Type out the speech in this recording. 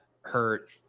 hurt